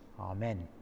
Amen